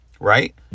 right